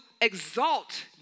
exalt